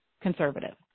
conservative